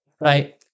Right